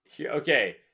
Okay